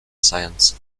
science